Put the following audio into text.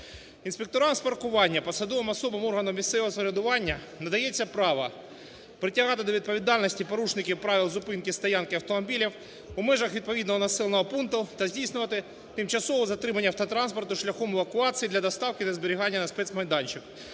Інспекторам з паркування, посадовим особам органам місцевого самоврядування надається право притягати до відповідальності порушників правил зупинки, стоянки автомобілів у межах відповідного населеного пункту та здійснювати тимчасове затримання автотранспорту шляхом евакуації для доставки на зберігання на спецмайданчик